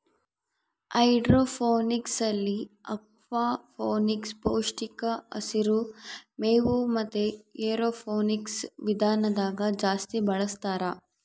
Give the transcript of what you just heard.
ಹೈಡ್ರೋಫೋನಿಕ್ಸ್ನಲ್ಲಿ ಅಕ್ವಾಫೋನಿಕ್ಸ್, ಪೌಷ್ಟಿಕ ಹಸಿರು ಮೇವು ಮತೆ ಏರೋಫೋನಿಕ್ಸ್ ವಿಧಾನದಾಗ ಜಾಸ್ತಿ ಬಳಸ್ತಾರ